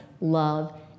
love